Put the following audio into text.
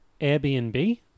Airbnb